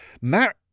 Mar